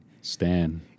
Stan